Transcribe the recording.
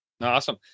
Awesome